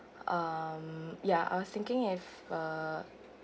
um ya I was thinking if uh